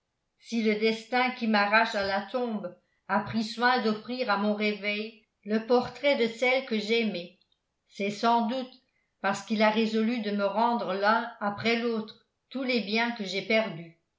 si le destin qui m'arrache à la tombe a pris soin d'offrir à mon réveil le portrait de celle que l'aimais c'est sans doute parce qu'il a résolu de me rendre l'un après l'autre tous les biens que j'ai perdus